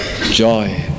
Joy